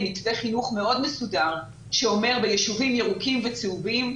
מתווה חינוך מאוד מסודר שאומר שבישובים ירוקים וצהובים,